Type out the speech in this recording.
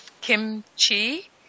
kimchi